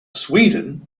sweden